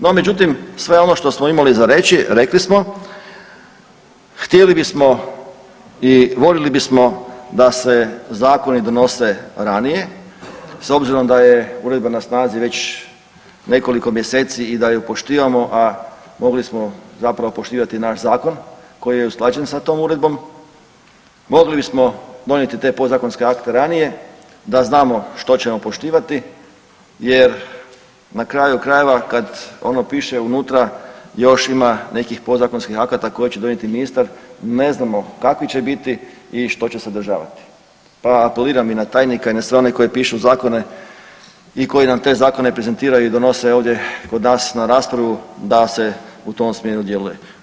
No međutim, sve ono što smo imali za reći rekli smo, htjeli bismo i voljeli bismo da se zakoni donose ranije s obzirom da je uredba na snazi već nekoliko mjeseci i da ju poštivamo, a mogli smo zapravo poštivati naš zakon koji je usklađen sa tom uredbom, mogli bismo donijeti te podzakonske akte ranije da znamo što ćemo poštivati jer na kraju krajeva kad ono piše unutra još ima nekih podzakonskih akata koje će donijeti ministar, ne znamo kakvi će biti i što će sadržavati, pa apeliram i na tajnika i na sve one koji pišu zakone i koji nam te zakone prezentiraju i donose ovdje kod nas na raspravu da se u tom smjeru djeluje.